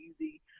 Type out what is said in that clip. easy